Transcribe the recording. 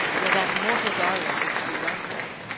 where that immortal garland is to be run for,